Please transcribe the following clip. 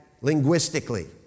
linguistically